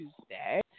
Tuesday